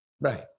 Right